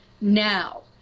now